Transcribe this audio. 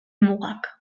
mugak